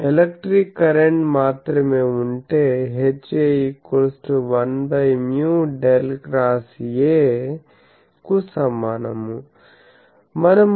electric current మాత్రమే ఉంటే HA 1μ ∇xA కు సమానము